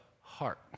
heart